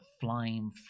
flying